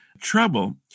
trouble